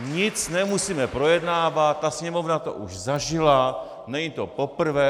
Nic nemusíme projednávat, Sněmovna to už zažila, není to poprvé.